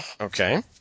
Okay